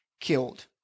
killed